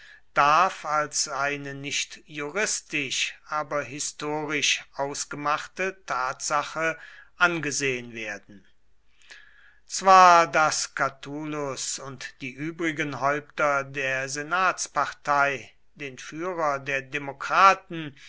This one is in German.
darf als eine nicht juristisch aber historisch ausgemachte tatsache angesehen werden zwar daß catulus und die übrigen häupter der senatspartei den führer der demokraten